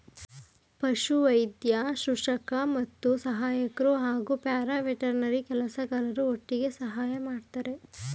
ಪಶುವೈದ್ಯ ಶುಶ್ರೂಷಕ ಮತ್ತು ಸಹಾಯಕ್ರು ಹಾಗೂ ಪ್ಯಾರಾವೆಟರ್ನರಿ ಕೆಲಸಗಾರರು ಒಟ್ಟಿಗೆ ಸಹಾಯ ಮಾಡ್ತರೆ